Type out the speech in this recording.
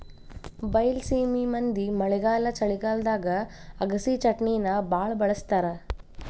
ಬೈಲಸೇಮಿ ಮಂದಿ ಮಳೆಗಾಲ ಚಳಿಗಾಲದಾಗ ಅಗಸಿಚಟ್ನಿನಾ ಬಾಳ ಬಳ್ಸತಾರ